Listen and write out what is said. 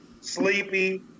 Sleepy